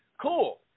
cool